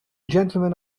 gentlemen